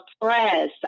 press